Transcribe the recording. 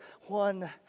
one